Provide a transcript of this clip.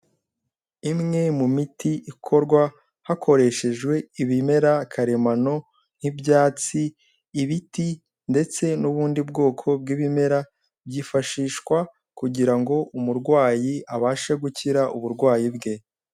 Imwe mu miti ikorwa, hakoreshejwe ibimera karemano nk'ibyatsi, ibiti ndetse n'ubundi bwoko bw'ibimera, byifashishwa kugira ngo umurwayi abashe gukira uburwayi bwe.